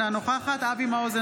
אינה נוכחת אבי מעוז,